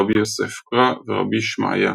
רבי יוסף קרא ורבי שמעיה.